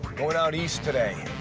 going out east, today,